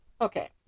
Okay